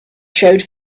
showed